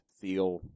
feel